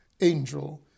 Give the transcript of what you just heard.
angel